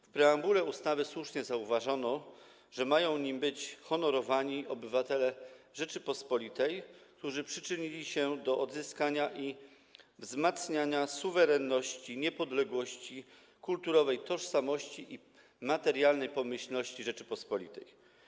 W preambule ustawy słusznie zauważono, że mają nim być honorowani obywatele Rzeczypospolitej, którzy przyczynili się do odzyskania i wzmacniania suwerenności, niepodległości, kulturowej tożsamości i materialnej pomyślności Rzeczypospolitej.